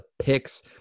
picks